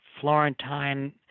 Florentine